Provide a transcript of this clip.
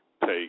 take